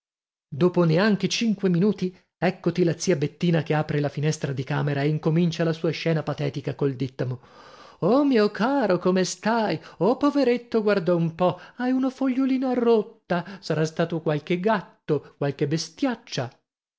dopo neanche cinque minuti eccoti la zia bettina che apre la finestra di camera e incomincia la sua scena patetica col dìttamo oh mio caro come stai oh poveretto guarda un po hai una fogliolina rotta sarà stato qualche gatto qualche bestiaccia